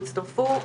יצטרפו?